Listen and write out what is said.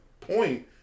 point